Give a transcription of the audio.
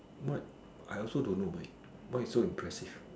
but I also don't know like why you so impressive